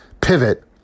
pivot